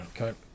Okay